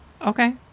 Okay